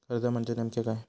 कर्ज म्हणजे नेमक्या काय?